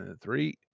Three